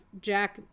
Jack